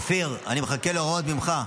אופיר, אני מחכה להוראות ממך.